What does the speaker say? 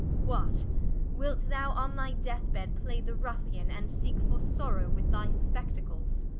what wilt thou on thy death-bed play the ruffian? and seeke for sorrow with thy spectacles?